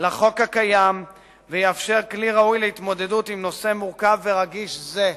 לחוק הקיים ויאפשר כלי ראוי להתמודדות עם נושא מורכב ורגיש זה.